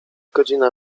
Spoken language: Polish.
godzina